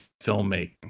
filmmaking